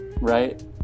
right